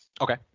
Okay